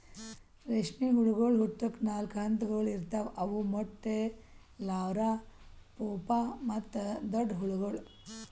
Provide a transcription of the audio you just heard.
ರೇಷ್ಮೆ ಹುಳಗೊಳ್ ಹುಟ್ಟುಕ್ ನಾಲ್ಕು ಹಂತಗೊಳ್ ಇರ್ತಾವ್ ಅವು ಮೊಟ್ಟೆ, ಲಾರ್ವಾ, ಪೂಪಾ ಮತ್ತ ದೊಡ್ಡ ಹುಳಗೊಳ್